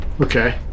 Okay